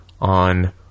on